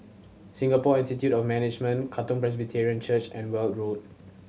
Singapore Institute of Management Katong Presbyterian Church and Weld Road